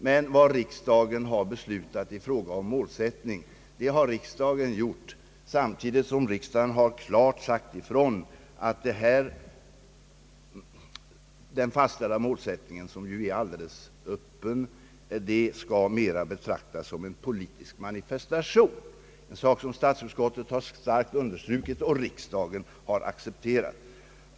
Men vad riksdagen har beslutat i fråga om målsättning har riksdagen gjort samtidigt som riksdagen klart sagt ifrån att den fastställda målsättningen, som ju är alldeles öppen, mera bör betraktas som en politisk manifestation — en sak som statsutskottet starkt understrukit och riksdagen accepterat.